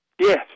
Yes